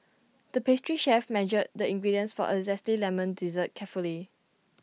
the pastry chef measured the ingredients for A Zesty Lemon Dessert carefully